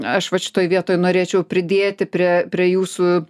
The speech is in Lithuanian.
aš vat šitoj vietoj norėčiau pridėti prie prie jūsų